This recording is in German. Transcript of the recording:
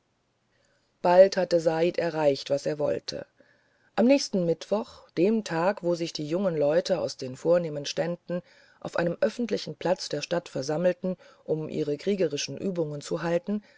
bald hatte said erreicht was er wollte am nächsten mittwoch dem tag wo sich die jungen leute aus den vornehmsten ständen auf einem öffentlichen platz der stadt versammelten um ihre kriegerischen übungen zu halten